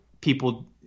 people